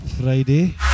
Friday